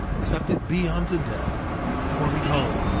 except it be unto death for behold,